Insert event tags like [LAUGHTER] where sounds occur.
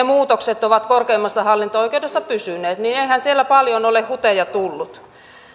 [UNINTELLIGIBLE] muutokset ovat korkeimmassa hallinto oikeudessa pysyneet niin eihän siellä paljon ole huteja tullut